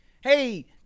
Hey